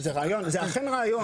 זה אכן רעיון.